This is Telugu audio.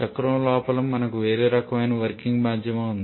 చక్రం లోపల మనకు వేరే రకమైన వర్కింగ్ మాధ్యమం ఉంది